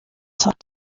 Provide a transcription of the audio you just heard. talk